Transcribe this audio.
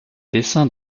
dessin